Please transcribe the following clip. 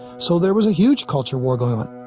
so there was a huge culture war going on